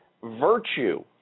virtue